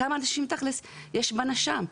כמה אנשים תכלס יש בנש"מ?